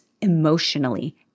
emotionally